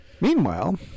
Meanwhile